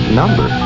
number